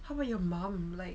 how about your mum like